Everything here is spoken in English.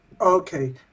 Okay